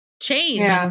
change